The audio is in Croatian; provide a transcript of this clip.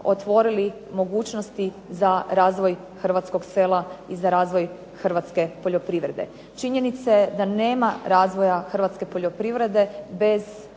otvorili mogućnosti za razvoj hrvatskog sela i za razvoj hrvatske poljoprivrede. Činjenica je da nema razvoja hrvatske poljoprivrede bez